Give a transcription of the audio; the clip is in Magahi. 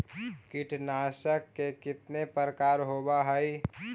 कीटनाशक के कितना प्रकार होव हइ?